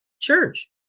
church